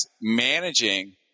managing